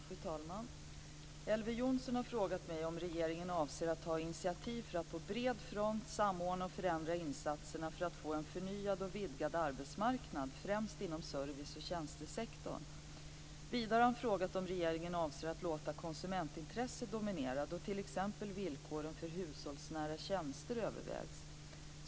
Fru talman! Elver Jonsson har frågat mig om regeringen avser att ta initiativ för att på bred front samordna och förändra insatserna för att få en förnyad och vidgad arbetsmarknad främst inom serviceoch tjänstesektorn. Vidare har han frågat om regeringen avser att låta konsumentintresset dominera då t.ex. villkoren för hushållsnära tjänster övervägs.